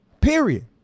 Period